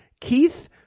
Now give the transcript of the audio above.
Keith